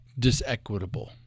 disequitable